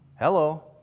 hello